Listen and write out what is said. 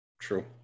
True